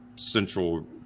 central